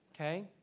Okay